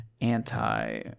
anti-